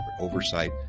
oversight